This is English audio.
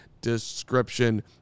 description